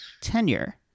tenure